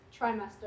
trimester